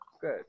Good